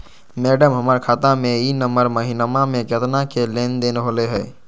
madam, हमर खाता में ई नवंबर महीनमा में केतना के लेन देन होले है